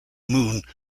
moon